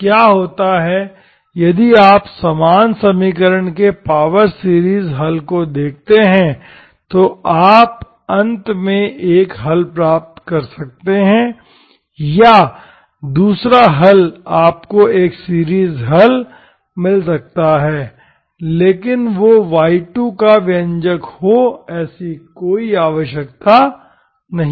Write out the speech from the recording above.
तो क्या होता है यदि आप समान समीकरण के पावर सीरीज हल को देखते हैं तो आप अंत में एक हल प्राप्त कर सकते हैं या दूसरा हल आपको एक सीरीज हल मिल सकता है लेकिन वो y2 का व्यंजक हो ऐसी कोई आवश्यकता नहीं है